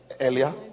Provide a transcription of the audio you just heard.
Earlier